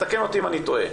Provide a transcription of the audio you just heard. תקן אותי אם אני טועה.